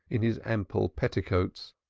in his ample petticoats,